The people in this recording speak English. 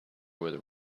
with